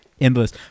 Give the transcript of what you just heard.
Endless